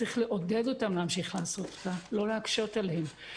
צריך לעודד אותם להמשיך לעשות אותה ולא להקשות עליהם.